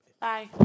Bye